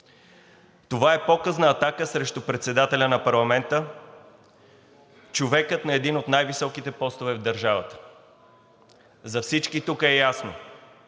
Това е показна атака срещу председателя на парламента – човекът на един от най-високите постове в държавата. За всички тук е ясно,